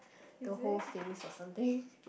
the whole face or something